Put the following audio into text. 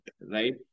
right